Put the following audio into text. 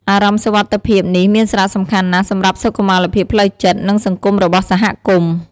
អារម្មណ៍សុវត្ថិភាពនេះមានសារៈសំខាន់ណាស់សម្រាប់សុខុមាលភាពផ្លូវចិត្ត និងសង្គមរបស់សហគមន៍។